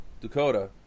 Dakota